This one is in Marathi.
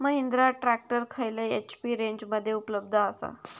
महिंद्रा ट्रॅक्टर खयल्या एच.पी रेंजमध्ये उपलब्ध आसा?